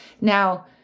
Now